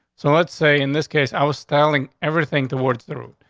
so let's say in this case, i was styling everything towards the route.